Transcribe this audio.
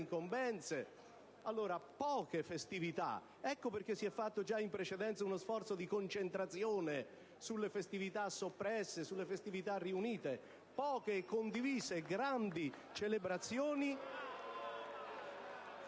incombenze. E allora, poche festività. Ecco perché si è fatto già in precedenza uno sforzo di concentrazione sulle festività soppresse, sulle festività riunite. Poche, condivise, grandi celebrazioni...